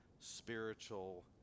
spiritual